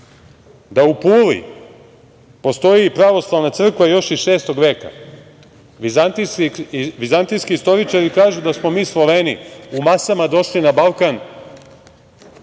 da u Puli postoji Pravoslavna crkva još iz Šestog veka? Vizantijski istoričari kažu da smo mi Sloveni u masama došli na Balkan